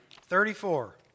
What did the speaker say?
Thirty-four